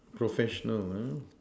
professional uh